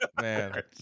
Man